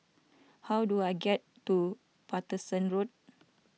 how do I get to Paterson Road